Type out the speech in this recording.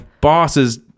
bosses